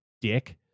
dick